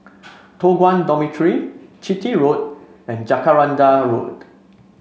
Toh Guan Dormitory Chitty Road and Jacaranda Road